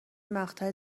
مقطع